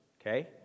okay